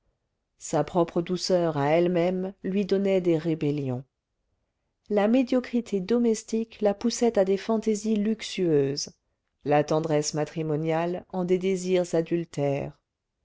sa propre douceur à elle-même lui donnait des rébellions la médiocrité domestique la poussait à des fantaisies luxueuses la tendresse matrimoniale en des désirs adultères